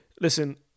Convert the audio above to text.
listen